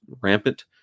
rampant